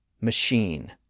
machine